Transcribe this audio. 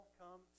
come